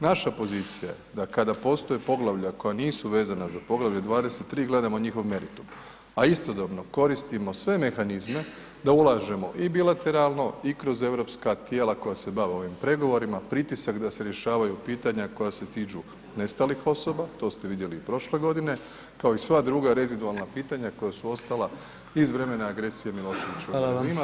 Naša pozicija da kada postoje poglavlja koja nisu vezana za Poglavlje 23. gledamo njihov meritum, a istodobno koristimo sve mehanizme da ulažemo i bilateralno i kroz europska tijela koja se bave ovim pregovorima, pritisak da se rješavaju pitanja koja se tiču nestalih osoba, to ste vidjeli i prošle godine, kao i sva druga rezidualna pitanja koja su ostala iz vremena agresije Miloševićeva [[Upadica: Hvala vam]] , a to ćemo i nastaviti.